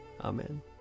Amen